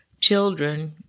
children